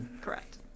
correct